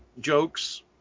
jokes